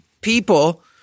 people